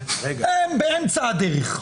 הם באמצע הדרך,